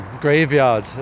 graveyard